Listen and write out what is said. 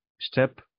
step